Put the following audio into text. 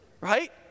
Right